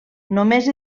només